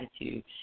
attitude